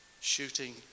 shooting